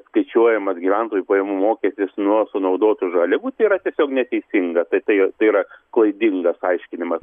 skaičiuojamas gyventojų pajamų mokestis nuo sunaudotų žaliavų tai yra tiesiog neteisinga tai tai yra klaidingas aiškinimas